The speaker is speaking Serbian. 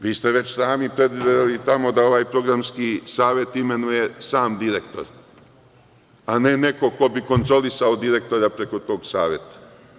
Vi ste već sami predvideli tamo da ovaj programski savet imenuje sam direktor, a ne neko ko bi kontrolisao direktora preko tog saveta.